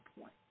point